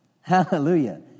hallelujah